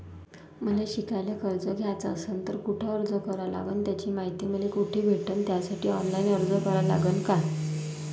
मले शिकायले कर्ज घ्याच असन तर कुठ अर्ज करा लागन त्याची मायती मले कुठी भेटन त्यासाठी ऑनलाईन अर्ज करा लागन का?